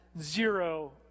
zero